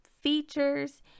features